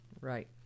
Right